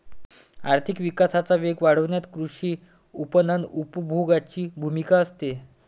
आर्थिक विकासाचा वेग वाढवण्यात कृषी विपणन उपभोगाची भूमिका असते